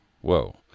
whoa